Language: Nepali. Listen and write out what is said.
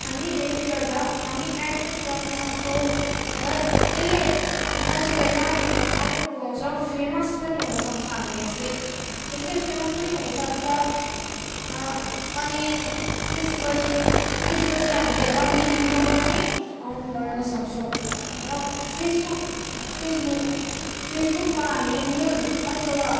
हामी यसले गर्दा हामी एड पनि गर्न सक्छौँ र य यसले कहाँदेखिन्को कहाँ पनि पुगाउँछ फेमस पनि हुनुसक्छ हामी यसले यसले फेमस पनि हुनुसक्छ अनि त्यसपछि त्यसपछि हामीले अर्ली इन्कम पनि अर्न गर्न सक्छौँ र फेसबुक फेसबुक फेसबुकमा हामीले न्युज अथवा